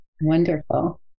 Wonderful